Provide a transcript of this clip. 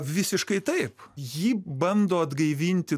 visiškai taip jį bando atgaivinti